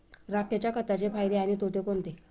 राखेच्या खताचे फायदे आणि तोटे कोणते?